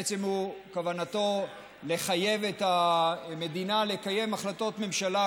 בעצם כוונתו לחייב את המדינה לקיים החלטות ממשלה,